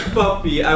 puppy